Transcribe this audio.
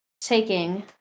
taking